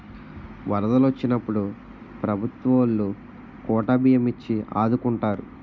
వరదలు వొచ్చినప్పుడు ప్రభుత్వవోలు కోటా బియ్యం ఇచ్చి ఆదుకుంటారు